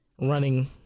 running